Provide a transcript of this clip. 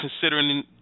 considering